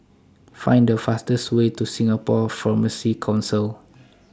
Find The fastest Way to Singapore Pharmacy Council